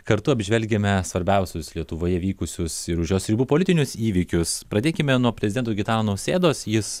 kartu apžvelgiame svarbiausius lietuvoje vykusius ir už jos ribų politinius įvykius pradėkime nuo prezidento gitano nausėdos jis